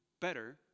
better